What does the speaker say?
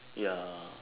ya